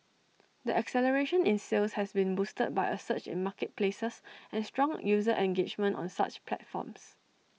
the acceleration in sales has been boosted by A surge in marketplaces and strong user engagement on such platforms